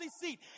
seat